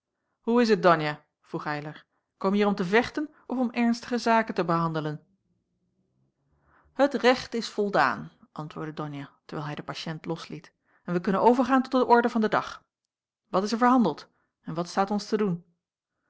hoe is het donia vroeg eylar komje hier om te vechten of om ernstige zaken te behandelen het recht is voldaan antwoordde donia terwijl hij den patiënt losliet en wij kunnen overgaan tot de orde van den dag wat is er verhandeld en wat staat ons te doen